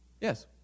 Yes